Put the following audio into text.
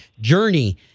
Journey